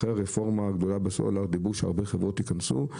אחרי הרפורמה הגדולה בסלולר אמרו שהרבה חברות יכנסו.